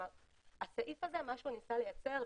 מה שהסעיף הזה ניסה לייצר,